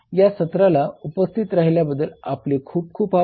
या सत्राला उपस्थित राहिल्याबद्दल आपले खूप आभार